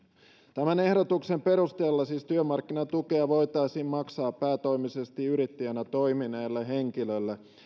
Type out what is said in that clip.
tämän ehdotuksen perusteella työmarkkinatukea voitaisiin maksaa päätoimisesti yrittäjänä toimineelle henkilölle